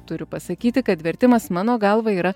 turiu pasakyti kad vertimas mano galva yra